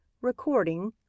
Recording